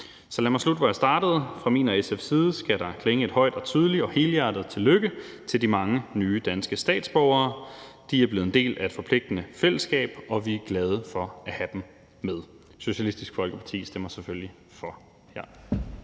Så lad mig slutte, hvor jeg startede: Fra min og SF's side skal der lyde et højt og tydeligt og helhjertet tillykke til de mange nye danske statsborgere. De er blevet en del af et forpligtende fællesskab, og vi er glade for at have dem med. Socialistisk Folkeparti stemmer selvfølgelig for det